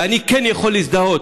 ואני כן יכול להזדהות,